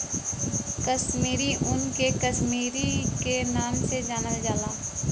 कसमीरी ऊन के कसमीरी क नाम से जानल जाला